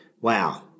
wow